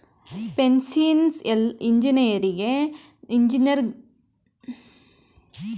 financial engineering ನಲ್ಲಿ ಪರಿಣಾಮಾತ್ಮಕ ವಿಶ್ಲೇಷಣೆ ವಿಧಾನವನ್ನು ಅನುಸರಿಸುತ್ತಾರೆ